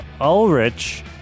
Ulrich